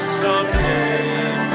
someday